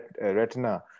retina